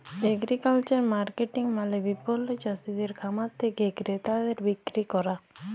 agricultural marketing মালে বিপণল চাসিদের খামার থেক্যে ক্রেতাদের বিক্রি ক্যরা